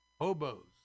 hobos